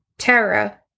Tara